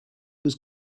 was